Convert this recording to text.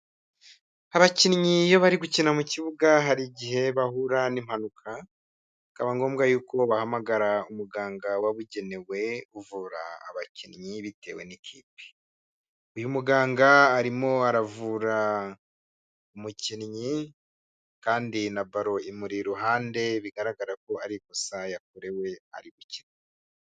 Abakinnyi iyo bari gukina mu kibuga hari igihe bahura n'impanuka, bikaba ngombwa yuko bahamagara umuganga wabugenewe uvura abakinnyi bitewe n'ikipe. Uyu muganga arimo aravura umukinnyi kandi na baro imuri iruhande bigaragara ko ari ikosa yakorewe ari gukina.